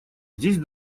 здесь